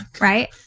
Right